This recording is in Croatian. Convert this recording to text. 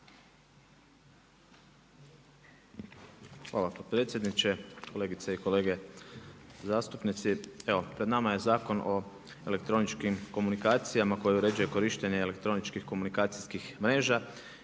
Hvala potpredsjedniče, kolegice i kolege zastupnici. Evo pred nama je Zakon o elektroničkim komunikacijama koji uređuje korištenje elektroničkih komunikacijskih mreža